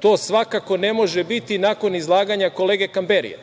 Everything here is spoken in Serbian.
To svakako ne može biti nakon izlaganja kolege Kamberija,